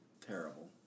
terrible